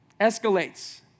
escalates